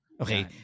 Okay